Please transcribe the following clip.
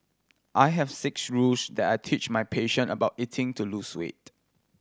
I have six rules that I teach my patient about eating to lose weight